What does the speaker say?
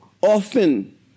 Often